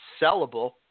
sellable